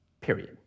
period